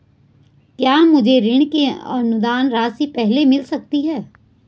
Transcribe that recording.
क्या मुझे ऋण की अनुदान राशि पहले मिल सकती है?